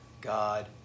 God